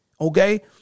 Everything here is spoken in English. Okay